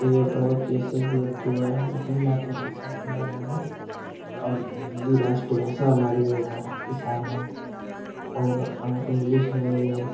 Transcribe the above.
ये बहुत जैसे कि ये थुआ जैसे मातृभाषा को न भूलें और हिन्दी राष्ट्रभाषा हमारी है भारत की शान है और इंग्लिश नहीं है